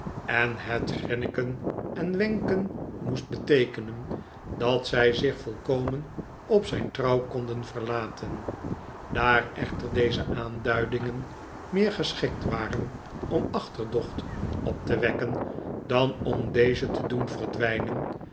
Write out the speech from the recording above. en het grinniken en wenken moest beteekenen dat zij zich volkomen op zijn trouw konden verlaten daar echter deze aanduidingen meer geschikt waren om achterdocht op te wekken dan om deze te doen verdwijnen